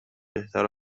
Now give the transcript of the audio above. بهتر